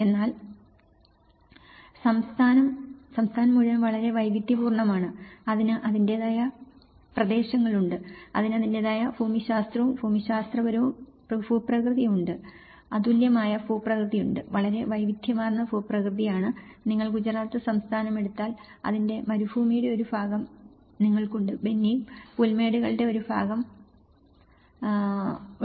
എന്നാൽ സംസ്ഥാനം സംസ്ഥാനം മുഴുവൻ വളരെ വൈവിധ്യപൂർണ്ണമാണ് അതിന് അതിന്റേതായ പ്രദേശങ്ങളുണ്ട് അതിന് അതിന്റേതായ ഭൂമിശാസ്ത്രപരവും ഭൂമിശാസ്ത്രപരവും ഭൂപ്രകൃതിയും ഉണ്ട് അതുല്യമായ ഭൂപ്രകൃതിയുണ്ട് വളരെ വൈവിധ്യമാർന്ന ഭൂപ്രകൃതിയാണ് നിങ്ങൾ ഗുജറാത്ത് സംസ്ഥാനമെടുത്താൽ അതിന്റെ മരുഭൂമിയുടെ ഒരു ഭാഗം നിങ്ങൾക്കുണ്ട് ബന്നി പുൽമേടുകളുടെ ഒരു ഭാഗം നിങ്ങൾക്കുണ്ട്